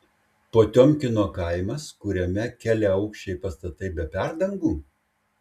potiomkino kaimas kuriame keliaaukščiai pastatai be perdangų